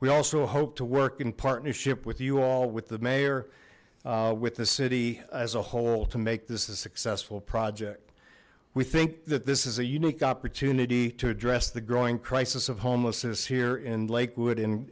we also hope to work in partnership with you all with the mayor with the city as a whole to make this a successful project we think that this is a unique opportunity to address the growing crisis of homelessness here in lakewood in